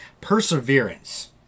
Perseverance